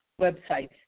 website